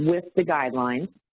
with the guideline.